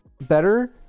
better